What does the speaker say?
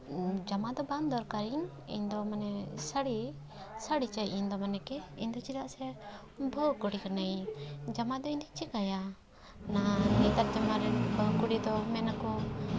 ᱡᱟᱢᱟ ᱫᱚ ᱵᱟᱝ ᱫᱚᱨᱠᱟᱨ ᱤᱧ ᱤᱧ ᱫᱚ ᱢᱟᱱᱮ ᱥᱟᱹᱲᱤ ᱥᱟᱹᱲᱤ ᱪᱟᱹᱭ ᱤᱧ ᱫᱚ ᱢᱟᱱᱮ ᱠᱮ ᱤᱧ ᱫᱚ ᱪᱮᱫᱟᱜ ᱥᱮ ᱵᱟᱹᱦᱩ ᱠᱩᱲᱤ ᱠᱟᱱᱟᱭᱤᱧ ᱡᱟᱢᱟ ᱫᱚ ᱤᱧ ᱫᱚ ᱪᱤᱠᱟᱭᱟ ᱱᱮᱛᱟᱨ ᱡᱟᱢᱟᱱᱟ ᱨᱮᱱ ᱵᱟᱹᱦᱩ ᱠᱩᱲᱤ ᱫᱚ ᱢᱮᱱ ᱟᱠᱚ